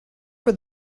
for